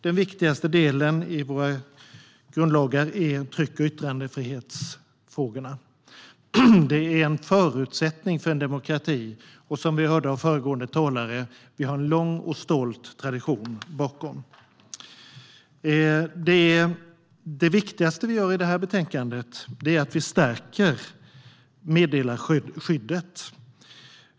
Den viktigaste delen i våra grundlagar är tryck och yttrandefrihetsfrågorna. Det är en förutsättning för en demokrati, och - som vi hörde av föregående talare - vi har en lång och stolt tradition bakåt. Det viktigaste i det här betänkandet är att vi stärker meddelarskyddet.